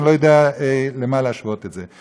אני לא יודע למה לשוות את זה.